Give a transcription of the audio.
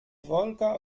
wolga